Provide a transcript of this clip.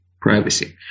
privacy